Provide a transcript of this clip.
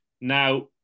Now